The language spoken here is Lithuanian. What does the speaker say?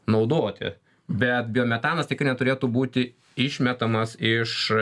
naudoti be biometanas tikrai neturėtų būti išmetamas iš